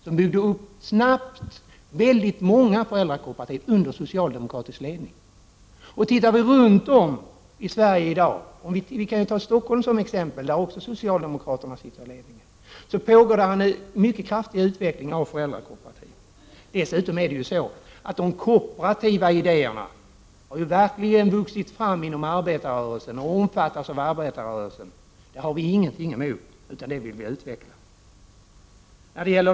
Denna byggde snabbt upp väldigt många föräldrakooperativ under socialdemokratisk ledning. Runt om i Sverige i dag, i t.ex. Stockholm som också har socialdemokrater i ledningen, pågår det en mycket kraftig utveckling av föräldrakooperativen. Dessutom har ju de kooperativa idéerna vuxit fram inom arbetarrörelsen, och de omfattas av denna. Detta har vi ingenting emot, utan vi vill utveckla det.